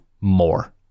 more